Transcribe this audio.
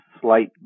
slight